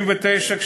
ב-1999,